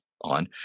On